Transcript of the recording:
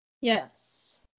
Yes